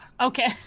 Okay